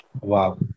Wow